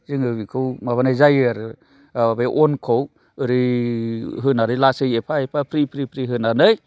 जोङो बिखौ माबानाय जायो आरो बे अनखौ ओरै होनानै लासै एफा एफा फ्रि फ्रि होनानै